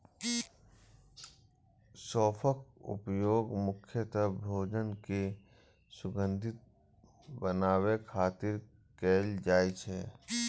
सौंफक उपयोग मुख्यतः भोजन कें सुगंधित बनाबै खातिर कैल जाइ छै